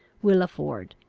will afford.